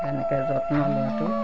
তেনেকৈ যত্ন লওঁ তো